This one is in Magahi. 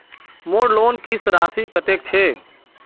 मोर लोन किस्त राशि कतेक छे?